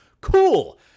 Cool